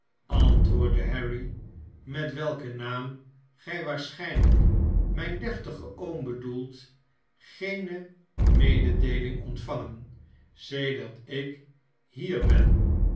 antwoordde harry met welken naam gij waarschijnlijk mijn deftigen oom bedoelt geene mededeeling ontvangen sedert ik hier ben